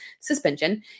suspension